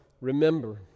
remember